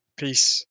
Peace